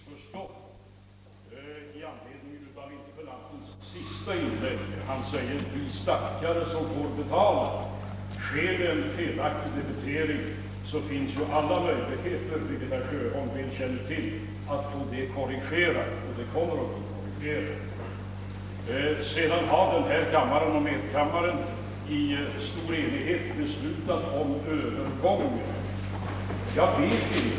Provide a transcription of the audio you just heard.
Herr talman! Låt mig säga ett par ord för att det inte skall kvarstå några missförstånd efter frågeställarens senaste inlägg, där han talade om »de stackare som fått betala skatt två gånger». Sker det en felaktig debitering finns ju alla möjligheter — vilket herr Sjöholm väl känner till — att få felen korrigerade, och de kommer att korrigeras. Vidare vill jag framhålla att denna kammare och medkammaren i stor enighet beslutat om övergången till ADB system.